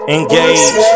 Engage